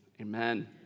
amen